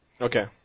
Okay